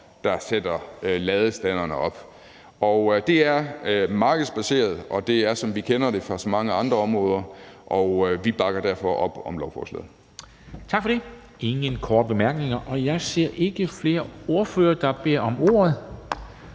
der sætter ladestanderne op. Det er markedsbaseret, og det er, som vi kender det fra så mange andre områder. Vi bakker derfor op om lovforslaget. Kl. 11:00 Formanden (Henrik Dam Kristensen): Tak for det. Der er ingen korte bemærkninger. Og jeg ser ikke flere ordførere, der beder om ordet.